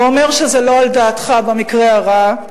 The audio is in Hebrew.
או אומר שזה לא על דעתך במקרה הרע.